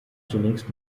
zunächst